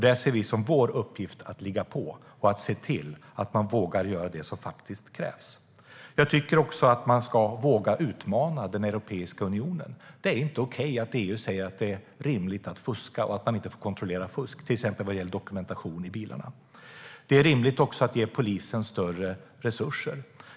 Vi ser det som vår uppgift att ligga på för att se till att man vågar göra det som faktiskt krävs. Jag tycker också att man ska våga utmana Europeiska unionen. Det är inte okej att EU säger att det är rimligt att fuska och att man inte kontrollerar fusk, till exempel när det gäller dokumentation i bilarna. Det är också rimligt att ge polisen större resurser.